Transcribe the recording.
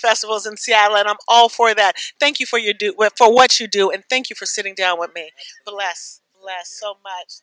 festivals in seattle and i'm all for that thank you for your do for what you do and thank you for sitting down with me the last last